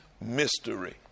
mystery